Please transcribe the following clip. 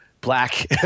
black